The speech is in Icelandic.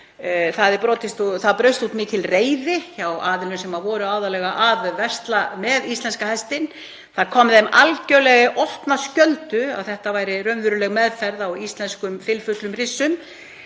Það braust út mikil reiði hjá aðilum sem voru aðallega að versla með íslenska hestinn. Það kom þeim algjörlega í opna skjöldu að þetta væri raunveruleg meðferð á íslenskum fylfullum hryssum.